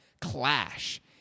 clash